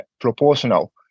proportional